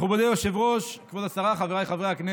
מכובדי היושב-ראש, כבוד השרה, חבריי חברי הכנסת,